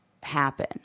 happen